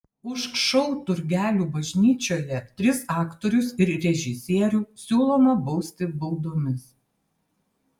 už šou turgelių bažnyčioje tris aktorius ir režisierių siūloma bausti baudomis